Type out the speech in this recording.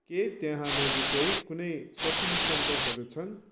के त्यहाँ नजिकै कुनै सपिङ सेन्टरहरू छन्